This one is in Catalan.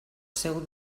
seu